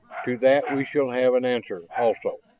to that we shall have an answer, also,